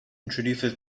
introduces